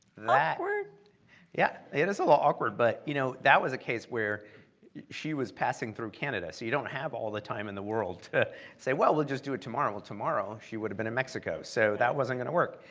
like awkward. yeah, it is a little awkward, but you know that was a case where she was passing through canada so you don't have all the time in the world to say, well, we'll just do it tomorrow. well, tomorrow she would have been in mexico, so that wasn't gonna work,